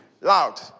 loud